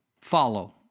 follow